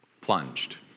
plunged